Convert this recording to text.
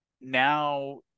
now